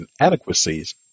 inadequacies